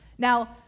Now